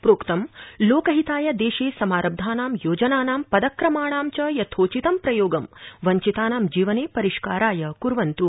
प्रोक्तम् लोकहिताय देशे समारब्धानां योजनानां पदक्रमाणां च यथोचितं प्रयोगं वब्वितानां जीवने परिष्काराय कुर्वन्त्